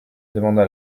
demanda